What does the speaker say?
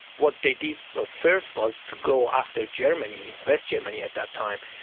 what they did ah first was to go after germany, west germany at that time,